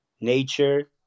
Nature